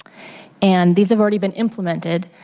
and these have already been implemented.